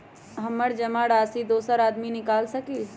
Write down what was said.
हमरा जमा राशि दोसर आदमी निकाल सकील?